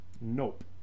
nope